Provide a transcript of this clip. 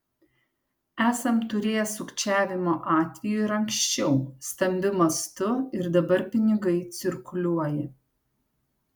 esam turėję sukčiavimo atvejų ir anksčiau stambiu mastu ir dabar pinigai cirkuliuoja